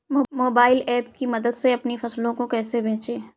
Mobile app की मदद से अपनी फसलों को कैसे बेचें?